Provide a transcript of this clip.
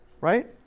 right